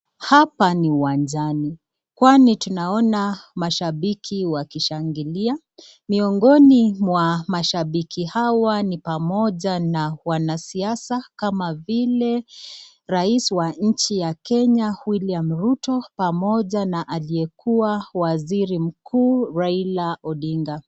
Hapa ni uwanjani kwani tunaona mashambiki wakishangilia, miongoni mwa mashambiki hawa ni pamoja na wanasiasa kama vile rais wa nchi ya Kenya Wiliam Ruto pamoja na aliyekuwa waziri mkuu Raila Odinga.